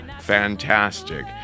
fantastic